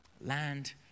Land